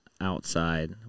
outside